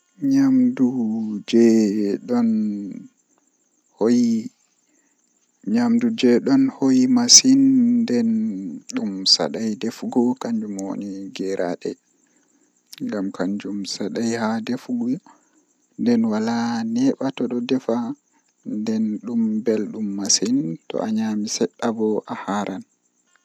To ayidi ahawra shayi arandewol kam awada ndiym haa nder koofi deidei ko ayidi yarugo, Nden awadda ganye haako jei be wadirta tea man awaila haa nder awada shuga alanya jam ahebi tea malla shayi ma.